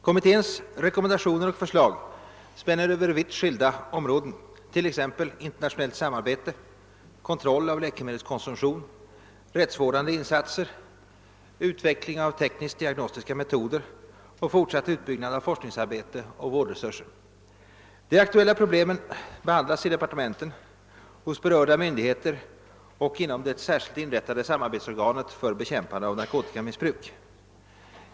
Kommitténs rekommendationer och förslag spänner Över vitt skilda områden, t.ex. internationellt samarbete, kontroll av läkemedelskonsumtionen, rättsvårdande insatser, utveckling av tekniskt-diagnostiska metoder samt fortsatt utbyggnad av forskningsarbete och vårdresurser. De aktuella problemen behandlas i departementen, hos berörda myndigheter och inom det särskilt inrättade samarbetsorganet för bekämpande av narkotikamissbruk.